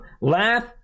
Laugh